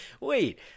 wait